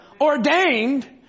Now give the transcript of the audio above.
ordained